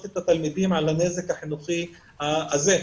את התלמידים על הנזק החינוכי הזה.